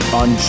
on